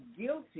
guilty